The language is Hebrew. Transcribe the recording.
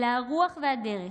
אלא הרוח והדרך.